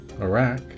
Iraq